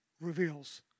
reveals